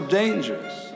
dangerous